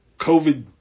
COVID